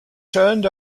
turned